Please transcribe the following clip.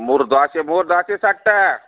ಮೂರು ದ್ವಾಸೆ ಮೂರು ದ್ವಾಸೆ ಸಟ್ಟ